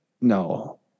No